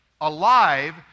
alive